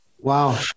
Wow